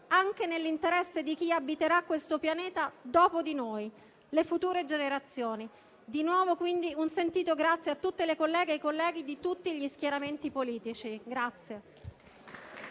anche nell'interesse di chi abiterà questo pianeta dopo di noi, le future generazioni. Di nuovo, quindi, un sentito grazie a tutte le colleghe e ai colleghi di tutti gli schieramenti politici.